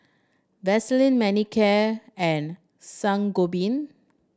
Vaselin Manicare and Sangobion